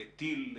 טיל,